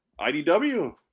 IDW